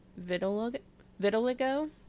vitiligo